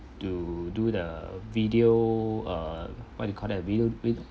to do the video err what you call that video